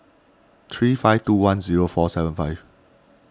three five two one zero four seven five